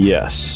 Yes